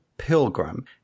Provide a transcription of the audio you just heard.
pilgrim